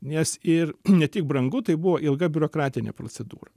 nes ir ne tik brangu tai buvo ilga biurokratinė procedūra